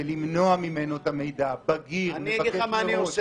ולמנוע ממנו את המידע כשהוא בגיר --- אני אגיד לך מה אני אעשה?